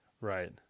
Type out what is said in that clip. Right